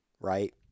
right